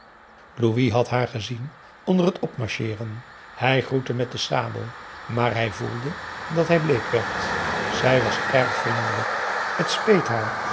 louis had haar gezien onder t opmarcheeren hij groette met zijn sabel maar hij voelde dat hij bleek werd zij was erg vriendelijk t speet haar